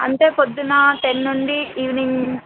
అంటే పొద్దున్న టెన్ నుండి ఈవెనింగ్